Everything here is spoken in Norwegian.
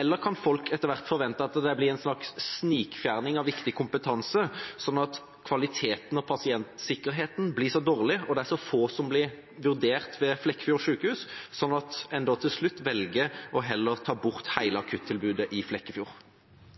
eller kan folk etter hvert forvente at det skjer en slags snikfjerning av viktig kompetanse, slik at kvaliteten og pasientsikkerheten blir så dårlig og det er så få som blir vurdert ved Flekkefjord sykehus, at en da til slutt heller velger å ta bort hele akuttilbudet ved sykehuset i Flekkefjord?